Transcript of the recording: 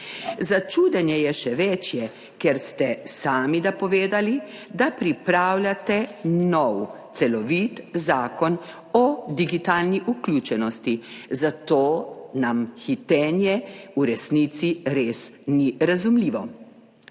Začudenje je še večje, ker ste sami napovedali, da pripravljate nov celovit zakon o digitalni vključenosti, zato nam hitenje v resnici res ni razumljivo.